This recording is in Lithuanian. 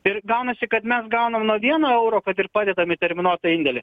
ir gaunasi kad mes gaunam nuo vieno euro kad ir padedam į terminuotą indėlį